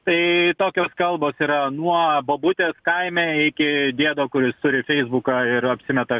tai tokios kalbos yra nuo bobutės kaime iki diedo kuris turi feisbuką ir apsimeta